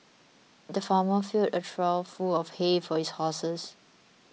the farmer filled a trough full of hay for his horses